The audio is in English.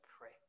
pray